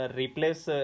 replace